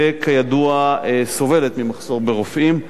שכידוע סובלת ממחסור ברופאים.